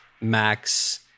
max